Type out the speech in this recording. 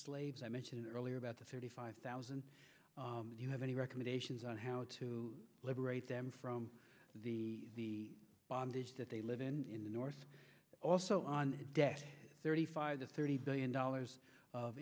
slaves i mentioned earlier about the thirty five thousand you have any recommendations on how to liberate them from the bondage that they live in the north also on thirty five to thirty billion dollars of